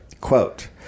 Quote